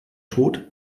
tot